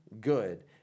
good